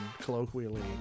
colloquially